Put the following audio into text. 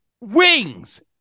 Wings